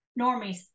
normies